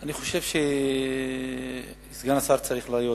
אני חושב שסגן השר צריך להיות כאן.